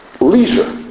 Leisure